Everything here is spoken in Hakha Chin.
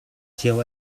cio